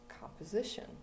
composition